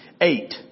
Eight